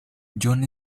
john